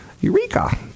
Eureka